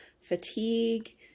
fatigue